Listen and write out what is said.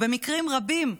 ובמקרים רבים,